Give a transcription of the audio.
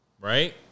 right